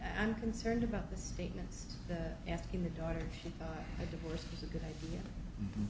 i'm concerned about the statements that asking the daughter